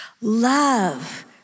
Love